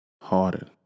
Harder